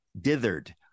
dithered